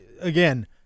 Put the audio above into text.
again